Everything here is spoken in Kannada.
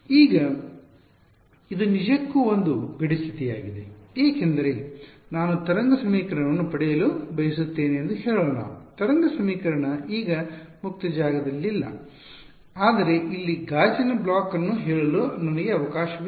ಈಗ ಇದು ನಿಜಕ್ಕೂ ಒಂದು ಗಡಿ ಸ್ಥಿತಿಯಾಗಿದೆ ಏಕೆಂದರೆ ನಾನು ತರಂಗ ಸಮೀಕರಣವನ್ನು ಪಡೆಯಲು ಬಯಸುತ್ತೇನೆ ಎಂದು ಹೇಳೋಣ ತರಂಗ ಸಮೀಕರಣಕ್ಕೆ ಈಗ ಮುಕ್ತ ಜಾಗದಲ್ಲಿಲ್ಲ ಆದರೆ ಇಲ್ಲಿ ಗಾಜಿನ ಬ್ಲಾಕ್ ಅನ್ನು ಹೇಳಲು ನನಗೆ ಅವಕಾಶವಿದೆ